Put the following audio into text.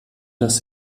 das